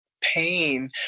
pain